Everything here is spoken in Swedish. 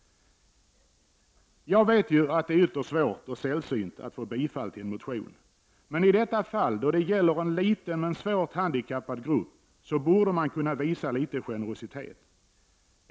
Jag vet ju att det är ytterst svårt och sällsynt att få bifall till en motion, men i detta fall då det gäller en liten men svårt handikappad grupp borde man kunna visa litet generositet.